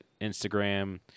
Instagram